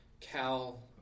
Cal